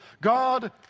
God